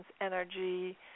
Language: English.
energy